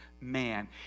man